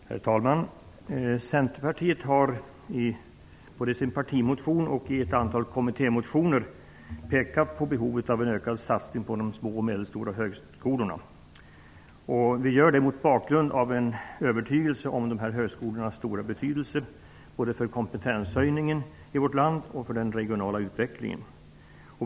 Herr talman! Vi i Centerpartiet pekar både i sin partimotion och i ett antal kommittémotioner på behovet av ökad satsning på de små och medelstora högskolorna. Vi gör det mot bakgrund av övertygelsen om de här högskolornas stora betydelse både för kompetenshöjningen i vårt land och för den regionala utvecklingen.